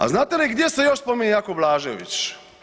A znate li gdje se još spominje Jakov Blažević?